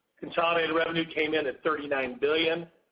consolidated came in at thirty nine billion